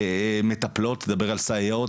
אמרת נכון קודם, זה לא התחום שלי הסייבר,